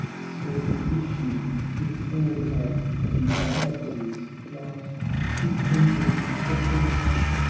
sped vishnu with all of anxiety's flight he entered the portals,